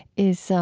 is um,